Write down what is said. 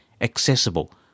accessible